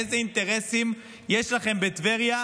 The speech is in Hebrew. איזה אינטרסים יש לכם בטבריה,